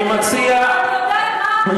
אני יודעת מה השר פרי רוצה,